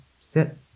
sit